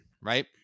Right